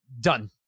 done